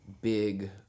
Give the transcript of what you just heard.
big